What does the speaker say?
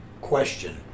question